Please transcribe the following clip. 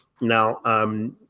Now